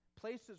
Places